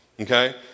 Okay